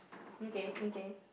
okay um okay